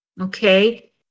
Okay